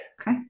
Okay